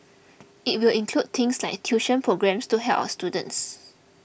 it will include things like tuition programmes to help our students